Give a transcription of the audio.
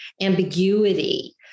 ambiguity